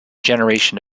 generation